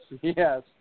Yes